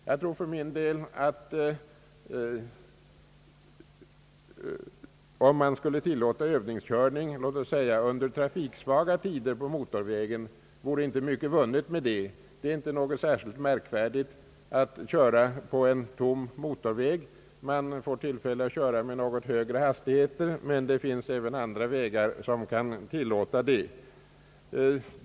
Jag tror för min del att om vi skulle tillåta övningskörning, låt oss säga på trafiksvaga tider, på motorvägen, vore inte mycket vunnet med det. Det är inte särskilt märkvärdigt att köra på en tom motorväg, man får bara tillfälle att köra med något högre hastigheter. Det finns även andra vägar som kan tillåta det.